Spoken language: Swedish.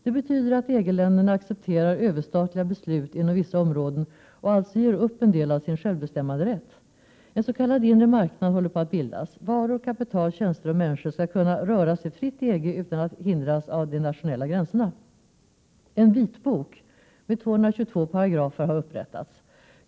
Det betyder att EG-länderna accepterar överstatliga beslut inom vissa områden och alltså ger upp en del av sin självbestämmanderätt. En s.k. inre marknad håller på att bildas. Varor, kapital, tjänster och människor skall kunna röra sig fritt i EG utan att hindras av de nationella gränserna. En vitbok med 222 paragrafer har upprättats.